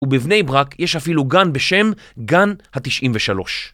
ובבני ברק יש אפילו גן בשם גן ה-93.